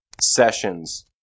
sessions